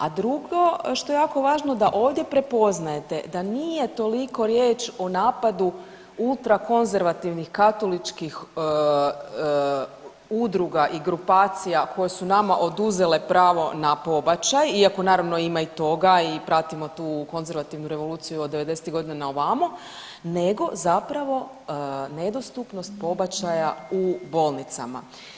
A drugo što je jako važno da ovdje prepoznajete da nije toliko riječ o napadu ultrakonzervativnih katoličkih udruga i grupacija koje su nama oduzele pravo na pobačaj iako naravno ima i toga i pratimo tu konzervativnu revoluciju od '90.-ih godina na ovamo, nego zapravo nedostupnost pobačaja u bolnicama.